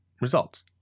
results